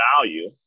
value